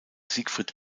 siegfried